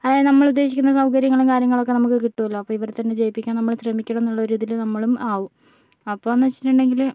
അതായത് നമ്മളുദ്ദേശിക്കുന്ന സൗകര്യങ്ങളും കാര്യങ്ങളൊക്കെ നമുക്ക് കിട്ടുമല്ലോ അപ്പോൾ ഇവരെത്തന്നെ ജയിപ്പിക്കാൻ ശ്രമിക്കണം എന്നുള്ളൊരിതിൽ നമ്മളും ആവും അപ്പോഴെന്നു വെച്ചിട്ടുണ്ടെങ്കിൽ